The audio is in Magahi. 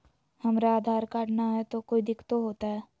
हमरा आधार कार्ड न हय, तो कोइ दिकतो हो तय?